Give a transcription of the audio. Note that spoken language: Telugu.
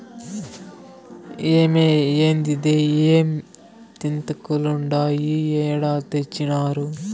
ఏమ్మే, ఏందిదే ఇంతింతాకులుండాయి ఏడ తెచ్చినారు